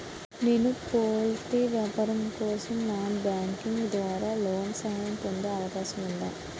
నేను పౌల్ట్రీ వ్యాపారం కోసం నాన్ బ్యాంకింగ్ ద్వారా లోన్ సహాయం పొందే అవకాశం ఉందా?